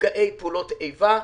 נפגעי פעולות איבה,